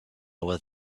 was